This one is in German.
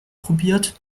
probiert